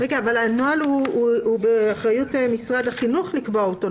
אבל הנוהל הוא באחריות משרד החינוך לקבוע אותו.